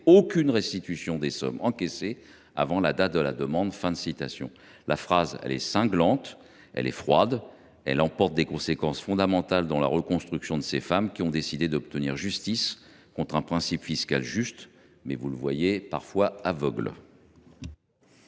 aucune restitution des sommes encaissées avant la date de la demande. » La phrase est cinglante et froide. Elle emporte des conséquences lourdes dans la reconstruction de ces femmes qui ont décidé d’obtenir justice contre un principe fiscal juste, mais parfois aveugle,